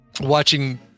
watching